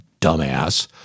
dumbass